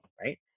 right